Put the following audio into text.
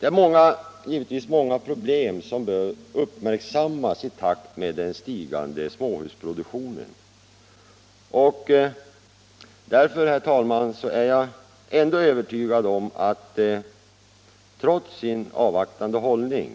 Det är givetvis många problem som bör uppmärksammas i takt med den stigande småhusproduktionen. Därför, herr talman, är jag övertygad om att statsrådet, trots sin avvaktande hållning,